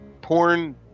porn